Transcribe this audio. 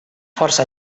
força